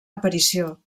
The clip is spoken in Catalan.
aparició